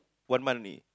one month only